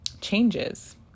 changes